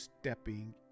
stepping